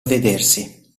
vedersi